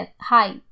Hi